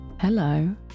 Hello